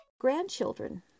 grandchildren